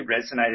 resonated